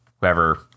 whoever